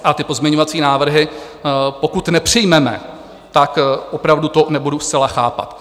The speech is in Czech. A ty pozměňovací návrhy, pokud nepřijmeme, tak opravdu to nebudu zcela chápat.